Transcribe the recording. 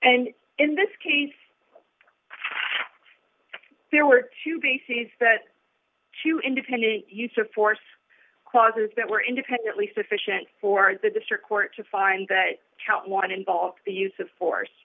and in this case there were two bases that two independent use of force clauses that were independently sufficient for the district court to find that count one involved the use of force